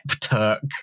Turk